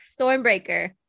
stormbreaker